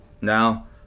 Now